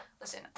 listen